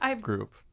group